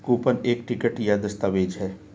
coupon एक ticket या दस्तावेज़ है